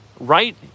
right